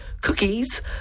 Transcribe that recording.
cookies